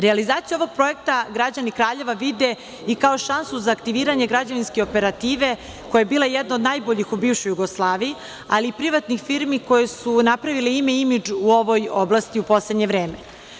Realizaciju ovog projekta građani Kraljeva vide i kao šansu za aktiviranje građevinske operative koja je bila jedna od najboljih u bivšoj Jugoslaviji, ali i privatnih firmi koje su napravile imidž u ovoj oblasti, u poslednje vreme.